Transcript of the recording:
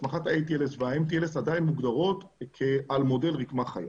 הסמכת ה-ATLS וה-MTLS עדיין מוגדרות על מודל רקמה חיה.